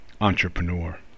entrepreneur